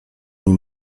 nim